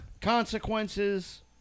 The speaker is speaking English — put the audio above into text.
consequences